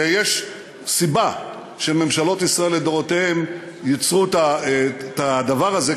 ויש סיבה שממשלות ישראל לדורותיהן יצרו את הדבר הזה,